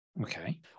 Okay